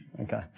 Okay